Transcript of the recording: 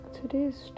today's